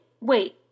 wait